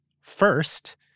First